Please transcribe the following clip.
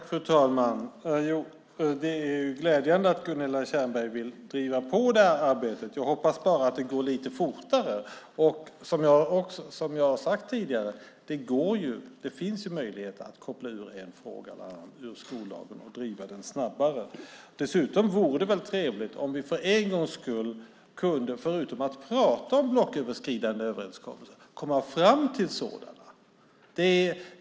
Fru talman! Det är glädjande att Gunilla Tjernberg vill driva på arbetet. Jag hoppas bara att det går lite fortare. Det finns möjlighet att koppla ur en fråga ur skollagen och driva den snabbare. Dessutom vore det väl trevligt om vi för en gångs skull kunde förutom att prata om blocköverskridande överenskommelser komma fram till sådana.